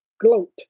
gloat